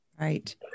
Right